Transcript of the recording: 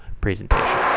Presentation